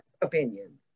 opinion